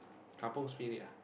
Kampung Spirit ah